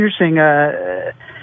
interesting